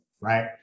right